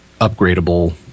upgradable